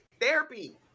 Therapy